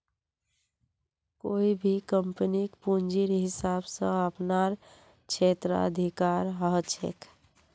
कोई भी कम्पनीक पूंजीर हिसाब स अपनार क्षेत्राधिकार ह छेक